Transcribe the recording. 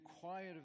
quiet